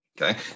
Okay